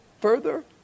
further